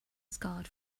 scarred